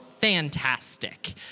fantastic